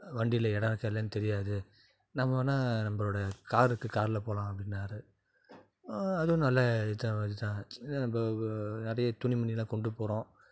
வண்டியில் இடம் இருக்கா இல்லையான்னு தெரியாது நம்ம வேணால் நம்மளோட கார் இருக்குது காரில் போகலாம் அப்படின்னாரு அதுவும் நல்ல இதை மாதிரிதான் நம்ம நிறைய துணிமணிலாம் கொண்டு போகிறோம்